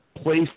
place